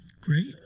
Great